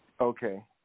Okay